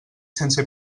sense